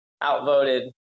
Outvoted